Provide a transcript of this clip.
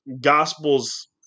gospels